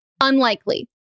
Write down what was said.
Unlikely